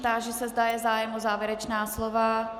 Táži se, zda je zájem o závěrečná slova.